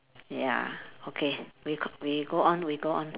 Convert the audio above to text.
ya okay we g~ we go on we go on